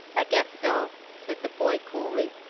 i guess so, said the boy coolly.